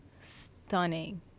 stunning